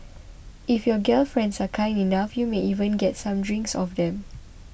if your gal friends are kind enough you may even get some drinks off them